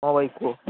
ହଁ ଭାଇ କୁହ